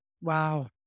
Wow